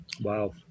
Wow